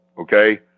okay